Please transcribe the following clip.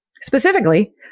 specifically